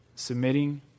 Submitting